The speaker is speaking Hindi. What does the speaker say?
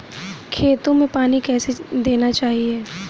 खेतों में पानी कैसे देना चाहिए?